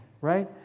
right